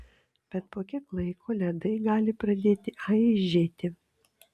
bet po kiek laiko ledai gali pradėti aižėti